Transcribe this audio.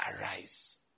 arise